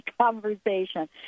conversation